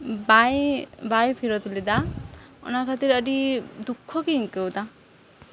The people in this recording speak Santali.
ᱵᱟᱭ ᱵᱟᱭ ᱯᱷᱮᱨᱚᱛ ᱞᱮᱫᱟ ᱚᱱᱟ ᱠᱷᱟᱹᱛᱤᱨ ᱟᱹᱰᱤ ᱫᱩᱠᱠᱷᱚ ᱜᱮᱧ ᱟᱹᱭᱠᱟᱹᱣ ᱮᱫᱟ